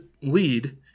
lead